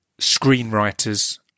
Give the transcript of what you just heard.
screenwriters